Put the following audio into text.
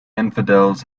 infidels